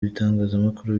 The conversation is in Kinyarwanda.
bitangazamakuru